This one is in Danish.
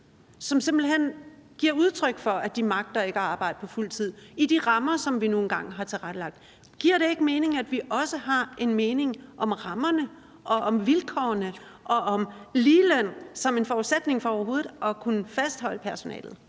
som simpelt hen giver udtryk for, at de ikke magter at arbejde på fuldtid i de rammer, som vi nu engang har tilrettelagt. Giver det ikke mening, at vi også har en mening om rammerne og om vilkårene og om ligeløn som en forudsætning for overhovedet at kunne fastholde personalet?